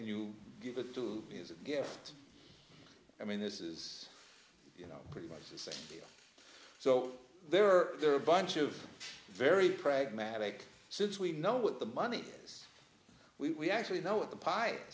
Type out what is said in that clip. and you give it to me as a gift i mean this is you know pretty much the same so there are a bunch of very pragmatic since we know what the money is we actually know what the pi